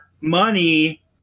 money